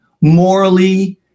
morally